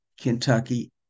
kentucky